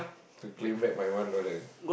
to claim back my one dollar